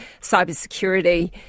cybersecurity